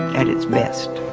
at its best.